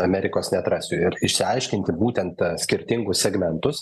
amerikos neatrasiu ir išsiaiškinti būtent skirtingus segmentus